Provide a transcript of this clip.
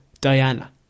Diana